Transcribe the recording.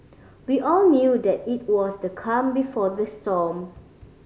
we all knew that it was the calm before the storm